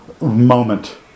moment